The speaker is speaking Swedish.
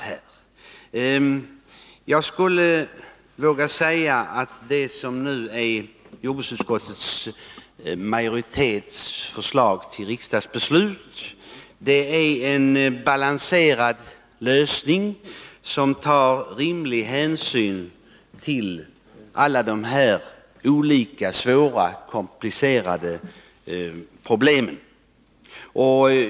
Jag vågar säga att jordbruksutskottets 14 april 1982 majoritets förslag till riksdagsbeslut är en balanserad lösning, som tar rimlig hänsyn till alla de olika komplicerade problemen.